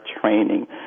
training